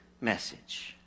message